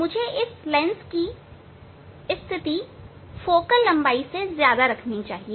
मुझे इस लेंस की स्थिति फोकल लंबाई से ज्यादा रखनी चाहिए